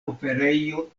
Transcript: operejo